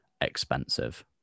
expensive